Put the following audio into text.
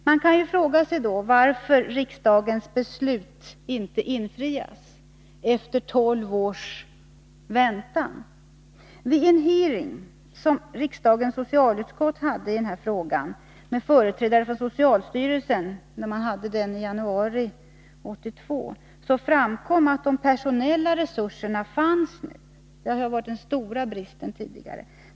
Man kan fråga sig varför riksdagens beslut inte följs efter tolv års väntan. Vid en hearing som riksdagens socialutskott hade i denna fråga med företrädare för socialstyrelsen i januari 1982, framkom att de personella resurserna fanns. Det har tidigare varit den stora bristen.